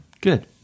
Good